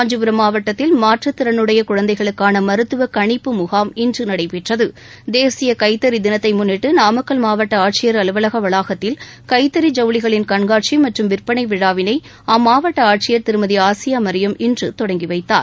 காஞ்சிபுரம் மாவட்டத்தில் மாற்றுத்திறனுடைய குழந்தைகளுக்காள மருத்துவ கணிப்பு முகாம் இன்று நடைபெற்றது தேசிய கைத்தறி தினத்தை முன்னிட்டு நாமக்கல் மாவட்ட ஆட்சியர் அலுவலக வளாகத்தில் கைத்தறி ஜவுளிகளின் கண்காட்சி மற்றும் விற்பனை விழாவினை அம்மாவட்ட ஆட்சியர் திருமதி ஆசியா மரியம் இன்று தொடங்கிவைத்தார்